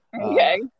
Okay